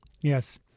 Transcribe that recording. yes